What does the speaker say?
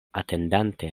atendante